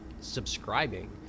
subscribing